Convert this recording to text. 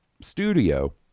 studio